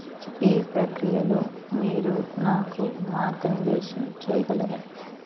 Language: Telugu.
ఈ ప్రక్రియలో మీరు నాకు మార్గనిర్దేశం చేయగలరా